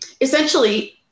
essentially